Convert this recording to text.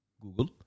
Google